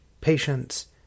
patience